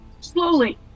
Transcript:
Slowly